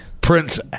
Prince